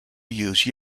use